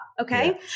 okay